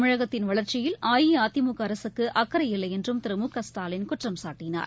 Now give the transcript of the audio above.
தமிழகத்தின் வளர்ச்சியில் அஇஅதிமுக அரசுக்கு அக்கறையில்லை என்றும் திரு மு க ஸ்டாலின் குற்றம்சாட்டினார்